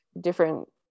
different